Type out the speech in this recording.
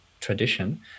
tradition